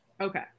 Okay